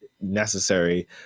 necessary